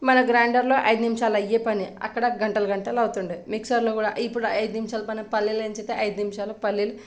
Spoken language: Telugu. మన గ్రైండర్లో ఐదు నిమిషాల్లో అయ్యే పని అక్కడ గంటలు గంటలు అవుతుండే మిక్సర్లో కూడా ఇప్పుడు ఐదు నిమిషాలు పని పల్లీలు వేయించితే ఐదు నిమిషాల్లో పల్లీలు